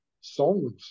songs